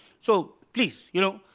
so please, you know,